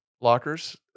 lockers